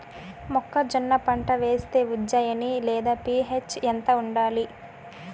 మొక్కజొన్న పంట వేస్తే ఉజ్జయని లేదా పి.హెచ్ ఎంత ఉండాలి?